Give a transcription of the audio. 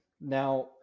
Now